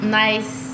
nice